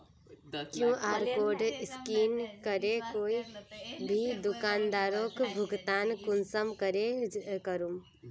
QR code scan करे कोई भी दुकानदारोक भुगतान कुंसम करे करूम?